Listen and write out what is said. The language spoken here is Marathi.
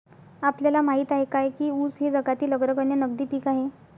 आपल्याला माहित आहे काय की ऊस हे जगातील अग्रगण्य नगदी पीक आहे?